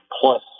plus